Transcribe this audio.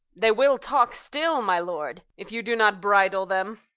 they will talk still, my lord, if you do not bridle them.